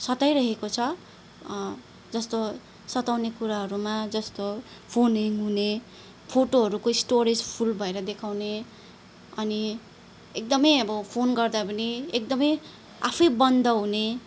सताइरहेको छ जस्तो सताउने कुराहरूमा जस्तो फोन ह्याङ हुने फोटोहरूको स्टोरेज फुल भएर देखाउने अनि एकदमै अब फोन गर्दा पनि एकदमै आफैँ बन्द हुने